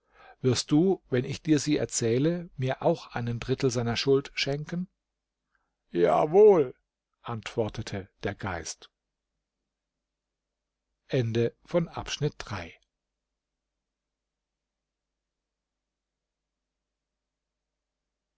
wirst du wenn ich dir sie erzähle mir auch einen dritteil seiner schuld schenken jawohl antwortete der geist